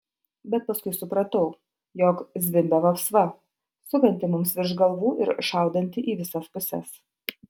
bet paskui supratau jog zvimbia vapsva sukanti mums virš galvų ir šaudanti į visas puses